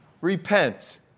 Repent